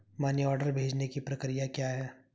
Money order भेजने की प्रक्रिया क्या है?